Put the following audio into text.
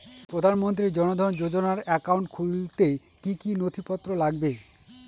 প্রধানমন্ত্রী জন ধন যোজনার একাউন্ট খুলতে কি কি নথিপত্র লাগবে?